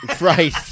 Right